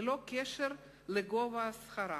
ללא קשר לגובה שכרם,